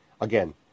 Again